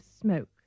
smoke